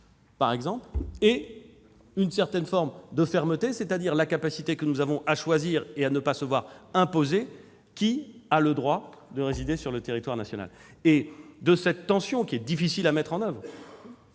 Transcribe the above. d'asile -et une certaine forme de fermeté, c'est-à-dire la capacité de choisir et de ne pas se voir imposer qui a le droit de résider sur le territoire national. Dans cette tension, difficile à mettre en oeuvre,